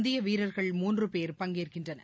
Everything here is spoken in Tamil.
இந்தியவீரர்கள் மூன்றுபேர் பங்கேற்கின்றனர்